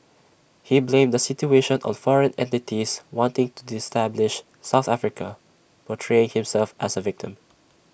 he blamed the situation on foreign entities wanting to south Africa portraying himself as A victim